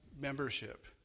membership